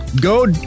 go